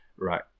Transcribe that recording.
right